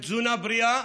בתזונה בריאה,